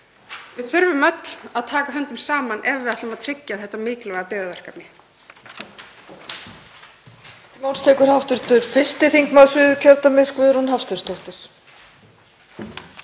Við þurfum öll að taka höndum saman ef við ætlum að tryggja þetta mikilvæga byggðaverkefni.